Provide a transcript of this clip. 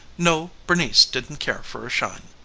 no, bernice didn't care for a shine.